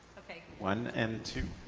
okay. one and two.